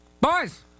Boys